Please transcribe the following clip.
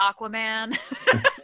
Aquaman